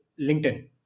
LinkedIn